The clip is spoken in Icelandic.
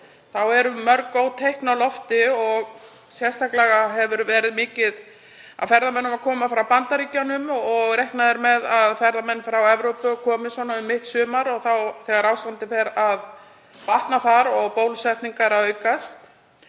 þá eru mörg góð teikn á lofti. Sérstaklega hefur komið mikið af ferðamönnum frá Bandaríkjunum og reiknað er með að ferðamenn frá Evrópu komi um mitt sumar þegar ástandið fer að batna þar og bólusetningar að aukast,